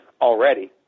already